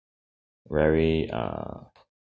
very err